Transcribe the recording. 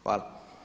Hvala.